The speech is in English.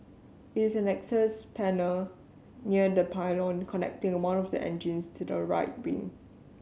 it is an access panel near the pylon connecting one of the engines to the right wing